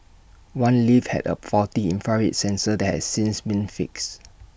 one lift had A faulty infrared sensor that has since been fixed